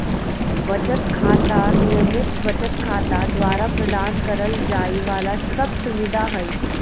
बचत खाता, नियमित बचत खाता द्वारा प्रदान करल जाइ वाला सब सुविधा हइ